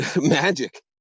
magic